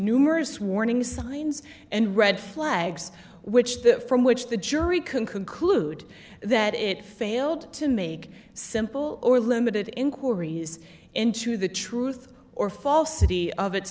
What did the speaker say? numerous warning signs and red flags which the from which the jury can conclude that it failed to make simple or limited inquiries into the truth or falsity of its